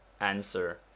answer